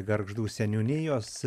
gargždų seniūnijos